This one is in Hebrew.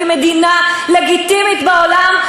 כמדינה לגיטימית בעולם?